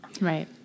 Right